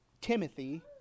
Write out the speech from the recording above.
Timothy